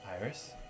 Iris